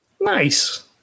Nice